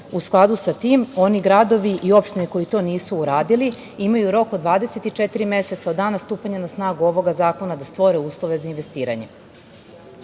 U skladu sa tim, oni gradovi i opštine koje to nisu uradile imaju rok od 24 meseca od dana stupanja na snagu ovog zakona da stvore uslove za investiranje. Dolazim